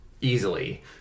Easily